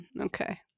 Okay